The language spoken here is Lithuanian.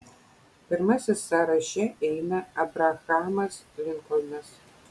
pirmasis sąraše eina abrahamas linkolnas